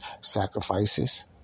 Sacrifices